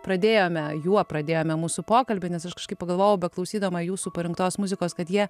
pradėjome juo pradėjome mūsų pokalbį nes aš kažkaip pagalvojau beklausydama jūsų parinktos muzikos kad jie